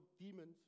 demons